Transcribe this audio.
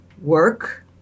work